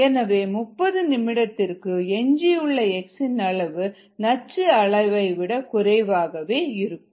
எனவே 30 நிமிடத்திற்கு எஞ்சியுள்ள X இன் அளவு நச்சு அளவை விட குறைவாகவே இருக்கும்